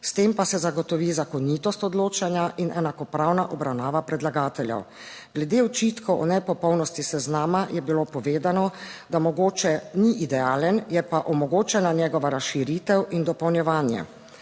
S tem pa se zagotovi zakonitost odločanja in enakopravna obravnava predlagateljev. Glede očitkov o nepopolnosti seznama je bilo povedano, da mogoče ni idealen, je pa omogočena njegova razširitev in dopolnjevanje.